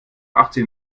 achtzehn